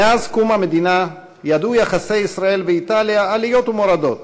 מאז קום המדינה ידעו יחסי ישראל ואיטליה עליות ומורדות,